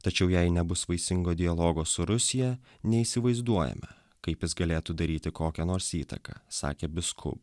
tačiau jei nebus vaisingo dialogo su rusija neįsivaizduojame kaip jis galėtų daryti kokią nors įtaką sakė bisku